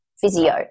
physio